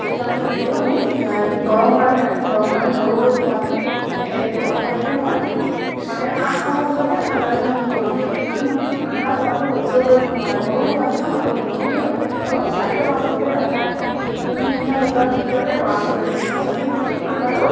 সেইকাৰণে কি কৰোঁ আমি গৰম পানী ৰাখোঁ গৰম পানী সৰু সৰু পোৱালি মানে এক ডেৰ মাহলৈকে মই খুব মানে আঠ নটা বজাতহে ঠাণ্ডা দিনত মোকলাওঁ কাৰণ সিহঁতি ঠাণ্ডা বতাহটো সহ্য কৰিব নোৱাৰে সৰু পোৱালী ন আৰু গধূলি আপুনি কি কৰোঁ চাৰিটা পাঁচটালৈকে ৰখাই নথওঁ দুই তিনটা বজাৰ ভিতৰতে গঁৰাললৈ যাতে সিহঁতি ঠাণ্ডাটো